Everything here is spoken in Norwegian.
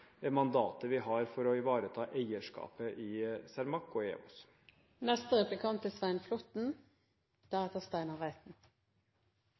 mandatet vi har for å ivareta eierskapet i Cermaq og EWOS. Det er